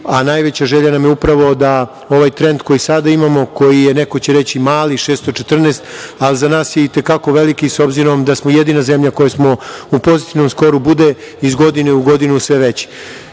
a najveća želja nam je upravo da ovaj trend koji sada imamo, koji je, neko će reći mali, 614, ali za nas je i te kako veliki s obzirom da smo jedina zemlja koja smo u pozitivnom skoru, bude iz godine u godinu bude sve